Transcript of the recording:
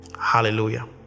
Hallelujah